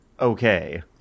okay